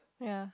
ya